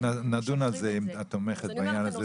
נדון על זה אם את תומכת בעניין הזה